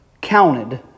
counted